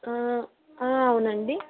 అవునండి